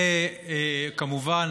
כמובן,